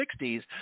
60s